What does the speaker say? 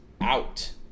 out